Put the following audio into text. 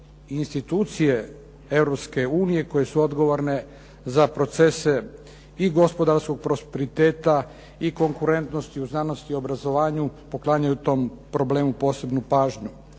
unije koje su odgovorne za procese i gospodarskog prosperiteta i konkurentnosti u znanosti i obrazovanju, poklanjaju tom problemu posebnu pažnju.